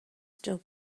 still